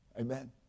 Amen